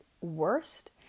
worst